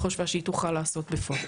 שהיא לא חשבה שהיא תוכל לעשות בפועל,